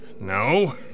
No